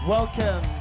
Welcome